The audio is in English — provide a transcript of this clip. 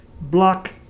block